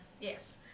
Yes